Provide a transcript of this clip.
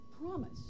promise